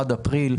עד אפריל.